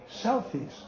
selfies